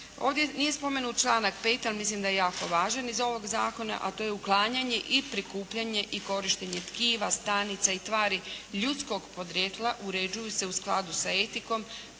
Ovdje nije spomenut članak 5. ali mislim da je jako važan iz ovog Zakona a to je uklanjanje i prikupljanje i korištenje tkiva, stanica i tvari ljudskog podrijetla uređuju se u skladu sa etikom